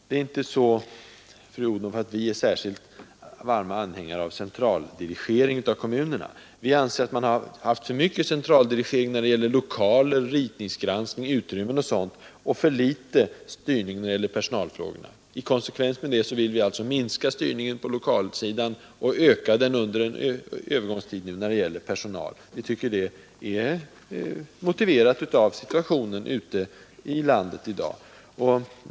Vi är inte särskilt varma anhängare av centraldirigering av kommunerna, fru Odhnoff. Vi anser att det har varit för mycket centraldirigering när det gäller lokaler, ritningsgranskning, utrymmen etc. och för litet styrning när det gäller personalfrågorna. I konsekvens med det vill vi minska styrningen på lokalsidan och öka den, under en övergångstid, när det gäller personal. Vi tycker att det är motiverat av situationen ute i landet i dag.